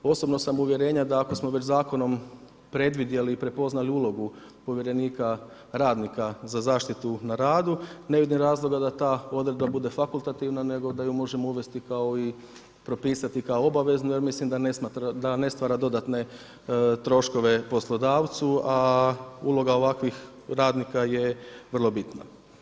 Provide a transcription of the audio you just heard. Osobno sam uvjerenje da ako smo već zakonom predvidjeli i prepoznali ulogu povjerenika radnika za zaštitu na radu, ne vidim razloga da ta odredba bude fakultativna nego da ju možemo uvesti kao i propisati kao obaveznu jer mislim da ne stvara dodatne troškove poslodavcu, a uloga ovakvih radnika je vrlo bitna.